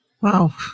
Wow